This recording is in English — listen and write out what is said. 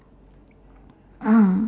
uh